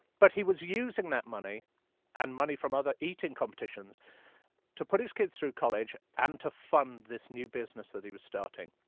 but he was using that money and money from other eating competitions to put his kids through college and to fund this new business that he was starting.